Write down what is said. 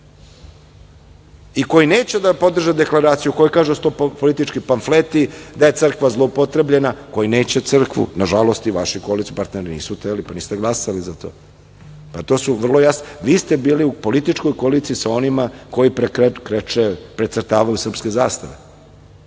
i koji neće da podrže deklaraciju, koji kažu da su to politički pamfleti, da je crkva zloupotrebljena, koji neće crkvu, nažalost, i vaši koalicioni partneri nisu hteli, pa niste glasali za to. Vi ste bili u političkoj koaliciji sa onima koji kreče, precrtavaju srpske zastave. Ne